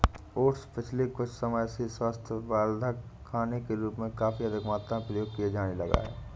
oats पिछले कुछ समय से स्वास्थ्यवर्धक खाने के रूप में काफी अधिक मात्रा में प्रयोग किया जाने लगा है